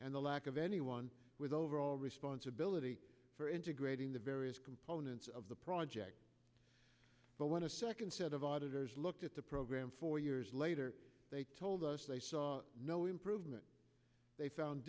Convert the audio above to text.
and the lack of anyone with overall responsibility for integrating the various components of the project but when a second set of auditors looked at the program four years later they told us they saw no improvement they found